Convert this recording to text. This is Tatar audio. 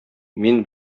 мин